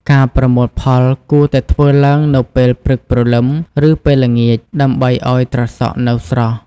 ការប្រមូលផលគួរតែធ្វើឡើងនៅពេលព្រឹកព្រលឹម ឬពេលល្ងាចដើម្បីឲ្យត្រសក់នៅស្រស់។